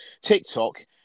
TikTok